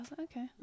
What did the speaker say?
Okay